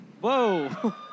Whoa